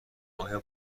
آیا